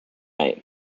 night